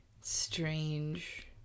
strange